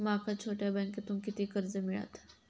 माका छोट्या बँकेतून किती कर्ज मिळात?